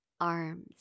arms